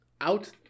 out